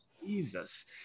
Jesus